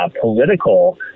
political